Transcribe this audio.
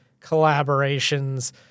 collaborations